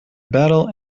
battle